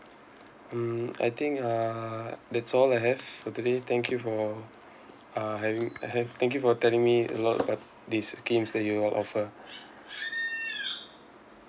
mm I think uh that's all I have for today thank you for uh having I have thank you for telling me a lot about these schemes that you all offer